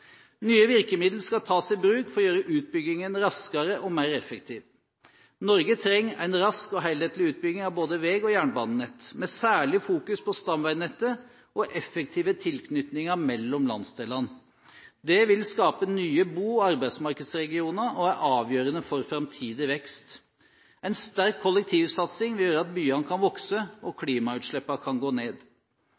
Nye virkemidler skal tas i bruk for å gjøre utbyggingen raskere og mer effektiv. Norge trenger en rask og helhetlig utbygging av både vei og jernbanenett, med særlig fokusering på stamveinettet og effektive tilknytninger mellom landsdelene. Det vil skape nye bo- og arbeidsmarkedsregioner og er avgjørende for framtidig vekst. En sterk kollektivsatsing vil gjøre at byene kan vokse, og